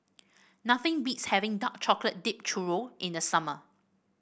nothing beats having Dark Chocolate Dipped Churro in the summer